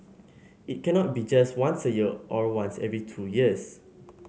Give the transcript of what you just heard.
it cannot be just once a year or once every two years